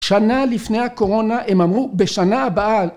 שנה לפני הקורונה הם אמרו בשנה הבאה.